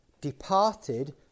departed